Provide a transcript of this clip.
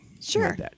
Sure